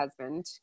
husband